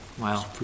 Wow